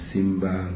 Simba